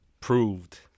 proved